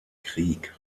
krieg